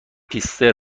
هیپستر